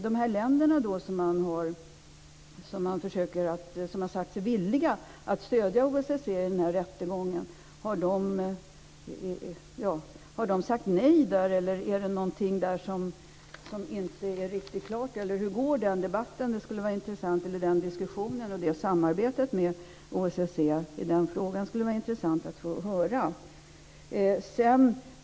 Har de länder som har sagt sig vilja stödja OSSE i rättegången sagt nej, eller är det någonting som inte är riktigt klart? Hur går diskussionen och samarbetet med OS SE i den här frågan? Det skulle vara intressant att få höra.